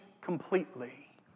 completely